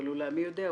אבל מי יודע,